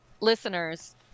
listeners